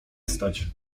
stać